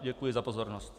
Děkuji za pozornost.